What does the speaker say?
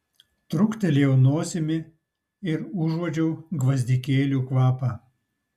truktelėjau nosimi ir užuodžiau gvazdikėlių kvapą